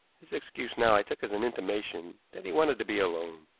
his excuse now i took as an intimation that he wanted to be alone.